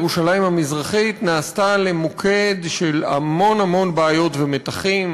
ירושלים המזרחית נעשתה למוקד של המון המון בעיות ומתחים.